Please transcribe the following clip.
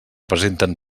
presenten